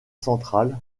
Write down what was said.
central